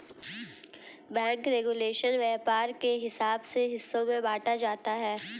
bank regulation व्यापार के हिसाब से हिस्सों में बांटा जाता है